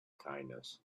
kindness